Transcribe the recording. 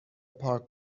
پارک